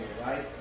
right